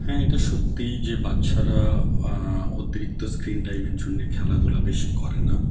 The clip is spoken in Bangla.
হ্যাঁ এটা সত্যি যে বাচ্চারা অতিরিক্ত স্ক্রিন টাইমের জন্যে খেলাধুলা বেশি করে না